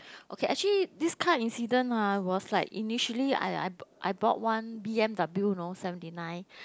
okay actually this car incident ah was like initially I I I I brought one B_M_W you know seventy nine